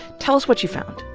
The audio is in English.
tell us what you found.